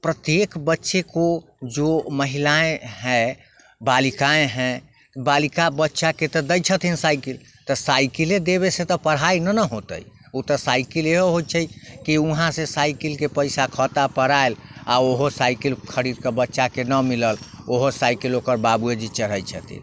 प्रत्येक बच्चे को जो महिलाएँ हैं बालिकाएँ हैं बालिका बच्चाके तऽ दै छथिन साइकिल तऽ साइकिले देबेसँ तऽ पढ़ाइ नहि ने होतै ओ तऽ साइकिल इहो होइ छै कि वहाँसँ साइकिलके पइसा खातापर आएल आओर ओहो साइकिल खरीदके बच्चाके नहि मिलल ओहो साइकिल ओकर बाबूजिए चढ़ै छथिन